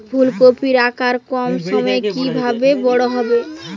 ফুলকপির আকার কম সময়ে কিভাবে বড় হবে?